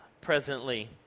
presently